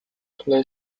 play